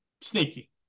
sneaky